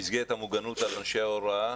במסגרת המוגנות על אנשי ההוראה,